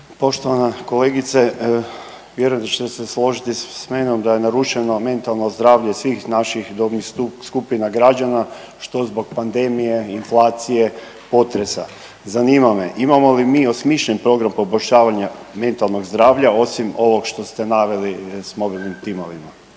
Poštovana kolegice vjerujem da ćete se složiti sa mnom da je narušeno mentalno zdravlje svih naših dobnih skupina građana što zbog pandemije, inflacije, potresa. Zanima me imamo li mi osmišljen program poboljšavanja mentalnog zdravlja osim ovog što ste naveli s mobilnim timovima.